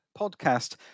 Podcast